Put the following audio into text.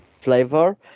flavor